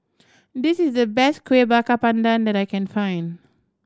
this is the best Kuih Bakar Pandan that I can find